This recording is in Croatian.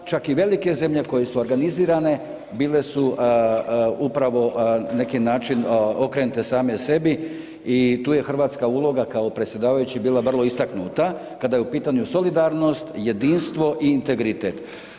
Čak i velike zemlje koje su organizirane bile su upravo na neki način okrenute same sami i tu je hrvatska uloga kao predsjedavajući bila vrlo istaknuta kada je u pitanju solidarnost, jedinstvo i integritet.